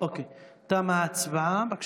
תמה ההצבעה.